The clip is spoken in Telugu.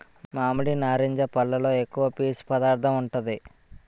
మామిడి, నారింజ పల్లులో ఎక్కువ పీసు పదార్థం ఉంటాది